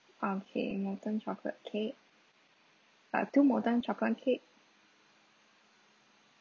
okay molten chocolate cake uh two molten chocolate cake